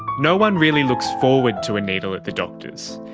no one really looks forward to a needle at the doctors,